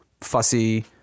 fussy